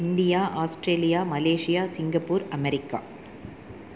India Australia Malaysia Singapore America